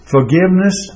Forgiveness